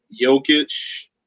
Jokic